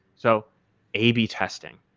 so a b testing.